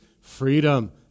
freedom